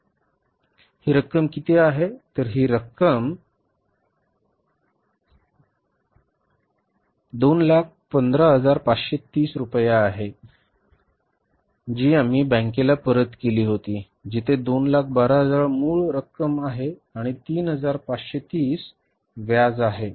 ही रक्कम किती आहे तर ही रक्कम 215530 रुपये आहे जी आम्ही बँकेला परत केली होती जिथे 212000 मूळ रक्कम आहे आणि 3530 व्याज आहे